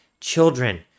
children